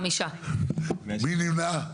מי נמנע?